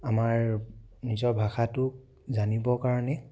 আমাৰ নিজৰ ভাষাটোক জানিবৰ কাৰণে